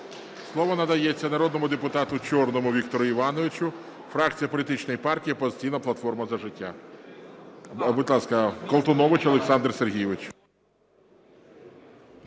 Слово надається народному депутату Чорному Віктору Івановичу, фракція політичної партії "Опозиційна платформа – За життя". Будь ласка, Колтунович Олександр Сергійович.